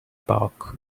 park